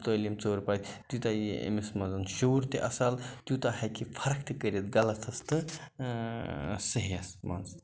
تٲلیٖم ژٔر پَرِ تیوٗتاہ یہِ أمِس منٛز شُر تہِ اَصٕل تیوٗتاہ ہٮ۪کہِ یہِ فرق تہِ کٔرِتھ غلَطَس تہٕ صحیَس منٛز